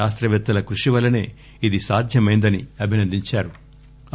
శాస్తవేత్తల కృషివల్లనే ఇది సాధ్యమైందని అభినందించారు